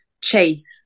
Chase